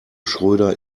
schröder